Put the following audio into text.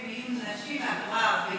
ה-5% הנוספים יהיו נשים מהחברה הערבית,